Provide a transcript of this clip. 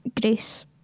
Grace